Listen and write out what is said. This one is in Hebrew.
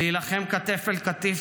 להילחם כתף אל כתף